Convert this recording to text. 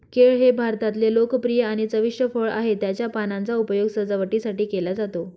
केळ हे भारतातले लोकप्रिय आणि चविष्ट फळ आहे, त्याच्या पानांचा उपयोग सजावटीसाठी केला जातो